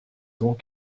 donc